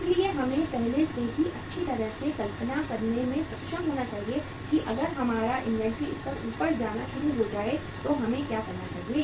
इसलिए हमें पहले से ही अच्छी तरह से कल्पना करने में सक्षम होना चाहिए कि अगर हमारा इन्वेंट्री स्तर ऊपर जाना शुरू हो जाए तो हमें क्या करना चाहिए